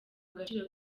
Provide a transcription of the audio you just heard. agaciro